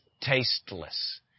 tasteless